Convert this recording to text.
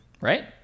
right